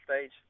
stage